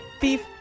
beef